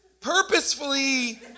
purposefully